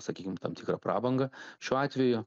sakykim tam tikra prabangą šiuo atveju